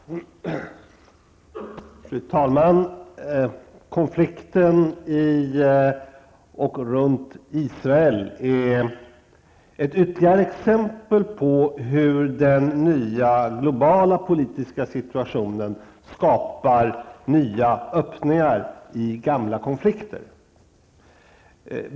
Fru talman! Konflikten i och runt Israel är ett ytterligare exempel på hur den nya globala politiska situationen skapar nya öppningar i gamla konflikter.